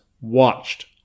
watched